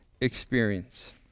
experience